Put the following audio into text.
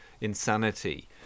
insanity